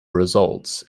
results